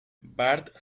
bart